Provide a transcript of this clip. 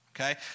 Okay